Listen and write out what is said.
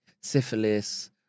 syphilis